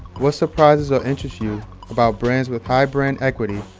what surprises or interests you about brands with high brand equity,